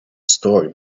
story